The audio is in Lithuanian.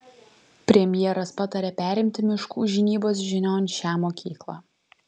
premjeras patarė perimti miškų žinybos žinion šią mokyklą